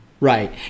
Right